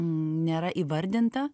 nėra įvardinta